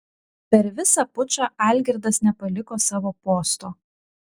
per visą pučą algirdas nepaliko savo posto